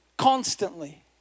constantly